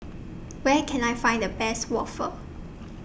Where Can I Find The Best Waffle